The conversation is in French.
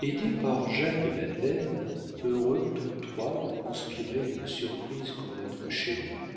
aidé par jacques et madeleine heureux tous trois de conspirer une surprise pour notre chérie